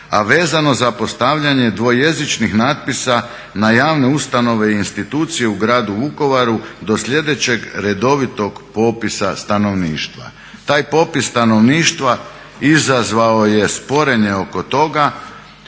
a vezano za postavljanje dvojezičnih natpisa na javne ustanove i institucije u gradu Vukovaru do sljedećeg redovitog popisa stanovništva. Taj popis stanovništva izazvao je sporenje oko toga